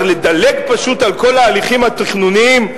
פשוט לדלג על כל ההליכים התכנוניים?